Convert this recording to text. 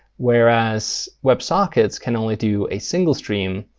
whereas websockets can only do a single stream,